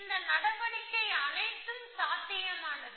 இந்த நடவடிக்கை அனைத்தும் சாத்தியமானது